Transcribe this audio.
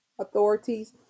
authorities